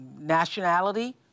nationality